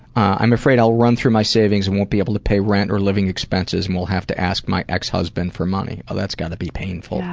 i'm afraid i'll run through my savings and won't be able to pay rent or living expenses and will have to ask my ex-husband for money. that's got to be painful. yeah,